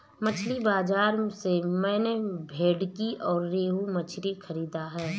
मछली बाजार से मैंने भेंटकी और रोहू मछली खरीदा है